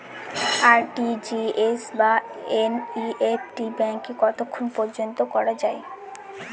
RTGS বা NEFT ব্যাংকে কতক্ষণ পর্যন্ত করা যায়?